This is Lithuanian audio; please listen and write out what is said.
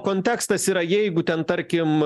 kontekstas yra jeigu ten tarkim